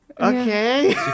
okay